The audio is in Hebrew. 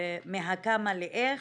"מהכמה לאיך,